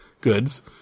goods